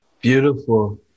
Beautiful